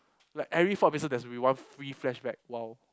like every four episodes there's one free flashback !wow!